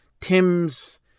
tim's